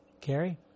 Carrie